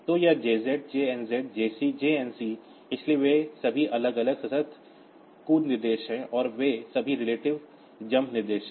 तो यह JZ JNZ JC JNC इसलिए वे सभी अलग अलग कंडिशनल जंप निर्देश हैं और वे सभी रिलेटिव जंप निर्देश हैं